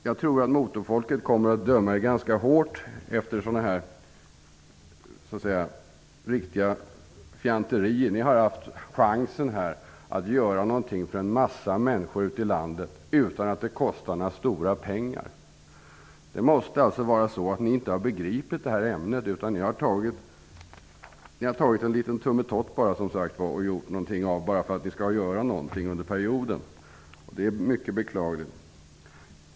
Jag tror att motorfolket kommer att döma er ganska hårt efter sådana här fjanterier. Ni har här haft chansen att göra någonting för en massa människor ute i landet utan att det kostar några stora pengar. Det måste alltså vara så att ni inte har begripit det här ämnet utan bara har åstadkommit en liten tummetott för att över huvud taget ha gjort någonting på det här området under den här perioden. Det är mycket beklagligt.